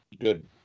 good